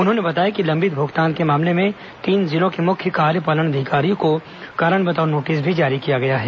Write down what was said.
उन्होंने बताया कि लंबित भुगतान के मामले में तीन जिलों के मुख्य कार्यपालन अधिकारी को कारण बताओ नोटिस भी जारी किया गया है